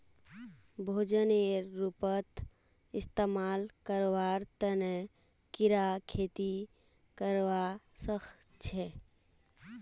भोजनेर रूपत इस्तमाल करवार तने कीरा खेती करवा सख छे